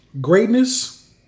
greatness